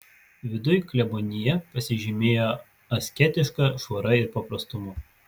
viduj klebonija pasižymėjo asketiška švara ir paprastumu